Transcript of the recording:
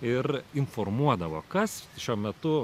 ir informuodavo kas šiuo metu